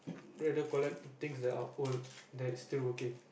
rather collect things that are old like still working